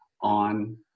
on